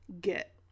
get